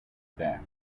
bat